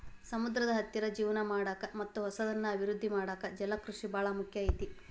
ಸಮುದ್ರದ ಹತ್ತಿರ ಜೇವನ ಮಾಡಾಕ ಮತ್ತ್ ಹೊಸದನ್ನ ಅಭಿವೃದ್ದಿ ಮಾಡಾಕ ಜಲಕೃಷಿ ಬಾಳ ಮುಖ್ಯ ಐತಿ